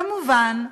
כמובן הארנונה,